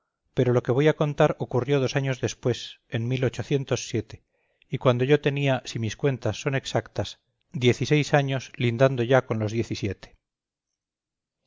pero lo que voy a contar ocurrió dos años después en y cuando yo tenía si mis cuentas son exactas diez y seis años lindando ya con los